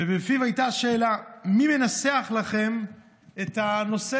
ובפיו הייתה שאלה: מי מנסח לכם את הנושא